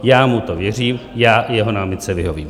Já mu to věřím, já jeho námitce vyhovím.